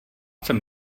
jsem